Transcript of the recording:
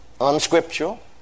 Unscriptural